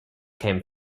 came